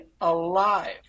alive